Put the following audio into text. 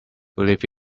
believe